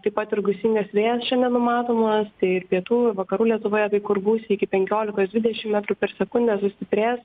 taip pat ir gūsingas vėjas šiandien numatomas tai ir pietų ir vakarų lietuvoje kai kur gūsiai iki penkiolikos dvidešim metrų per sekundę sustiprės